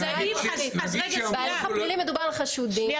אז האם --- בהליך הפלילי מדובר על חשודים,